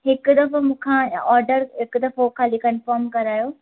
हिकु दफ़ो मूंखां ऑडर हिकु दफ़ो खाली कन्फर्म करायो